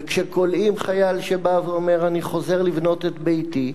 וכשכולאים חייל שבא ואומר: אני חוזר לבנות את ביתי,